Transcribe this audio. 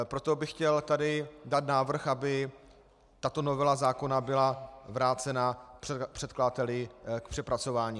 Proto bych chtěl dát návrh, aby tato novela zákona byla vrácená předkladateli k přepracování.